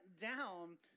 down